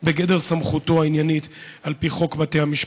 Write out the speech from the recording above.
בגדר סמכותו העניינית על פי חוק בתי המשפט.